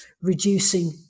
reducing